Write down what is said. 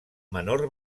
menor